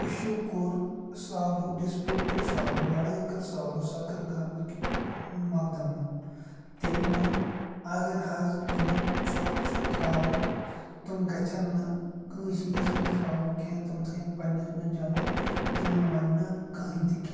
issue کوٚر سالٕو dispute کوٚر سالٕو لَڑٲے کٔر سالٕو سۄ کٔر گامٕکۍ مۄکدَمَن تٔمۍ ووٚن اَگر حظ یِمَن ژھۄٹ چھُ ترٛاوُن تِم گَژھن نہٕ کٲنٛسہِ ہِنٛدِس منٛز ترٛاوُن کیٚنٛہہ تِم تھٲیِن پنٛنِس منٛز جمع تِمَن وَنہِ نہٕ کٕہۭنۍ تہِ کیٚنٛہہ